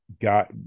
got